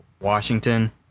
Washington